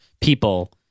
people